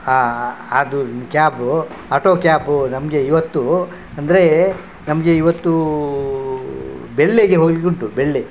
ಅದು cab auto cab ನಮಗೆ ಇವತ್ತು ಅಂದರೆ ನಮಗೆ ಇವತ್ತು ಬೆಳಗ್ಗೆ ಹೋಗ್ಲಿಕ್ಕುಂಟು ಬೆಳ್ಗೆ